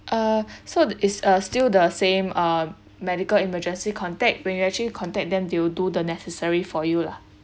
uh so is uh still the same uh medical emergency contact when you actually contact them they will do the necessary for you lah